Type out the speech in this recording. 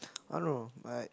I don't know I